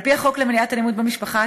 על-פי החוק למניעת אלימות במשפחה,